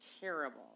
terrible